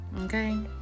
okay